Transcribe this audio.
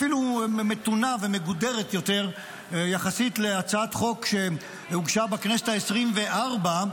אפילו מתונה ומגודרת יותר יחסית להצעת חוק שהוגשה בכנסת העשרים-וארבע,